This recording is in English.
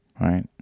right